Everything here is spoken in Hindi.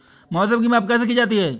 मौसम की माप कैसे की जाती है?